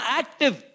active